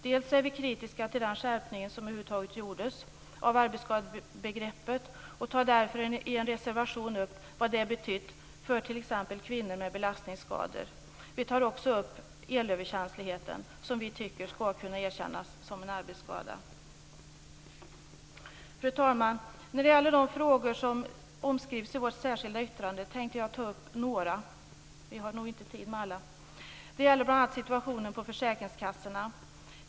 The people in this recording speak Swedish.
Vi är kritiska till den skärpning som gjordes av arbetsskadebegreppet. Därför tar vi i en reservation upp vad det betytt för t.ex. kvinnor med belastningsskador. Vi tar också upp elöverkänsligheten, som vi tycker skall kunna erkännas som en arbetsskada. Fru talman! När det gäller de frågor som omskrivs i vårt särskilda yttrande tänkte jag ta upp några. Vi har nog inte tid med alla. Det gäller bl.a. situationen på försäkringskassorna.